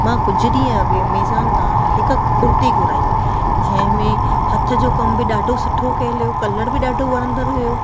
मां कुझु ॾींहं अॻु में अमेज़ॉन तां हिक कुर्ती घुराई जंहिंमे हथ जो कमु बि ॾाढो सुठो कयलु हुओ कलरु बि ॾाढो वणंदड़ु हुओ